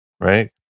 right